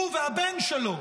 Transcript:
הוא והבן שלו,